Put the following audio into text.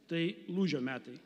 tai lūžio metai